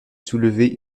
soulever